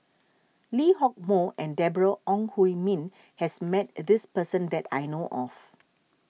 Lee Hock Moh and Deborah Ong Hui Min has met this person that I know of